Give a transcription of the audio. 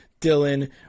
Dylan